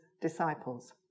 disciples